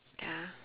ya